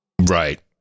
Right